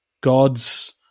God's